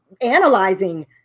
analyzing